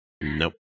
Nope